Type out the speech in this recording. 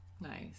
Nice